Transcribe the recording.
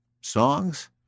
songs